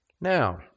Now